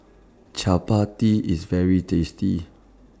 Chappati IS very tasty